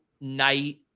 night